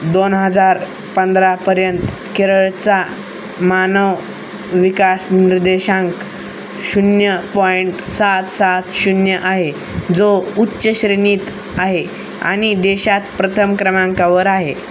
दोन हजार पंधरापर्यंत केरळचा मानव विकास निर्देशांक शून्य पॉइंट सात सात शून्य आहे जो उच्च श्रेणीत आहे आणि देशात प्रथम क्रमांकावर आहे